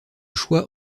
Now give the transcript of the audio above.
choix